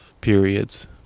periods